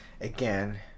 again